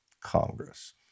Congress